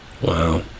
Wow